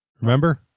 remember